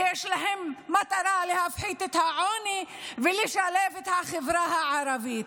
ויש להם מטרה להפחית את העוני ולשלב את החברה הערבית.